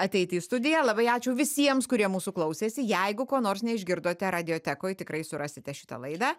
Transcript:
ateiti į studiją labai ačiū visiems kurie mūsų klausėsi jeigu ko nors neišgirdote radiotekoj tikrai surasite šitą laidą